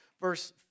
verse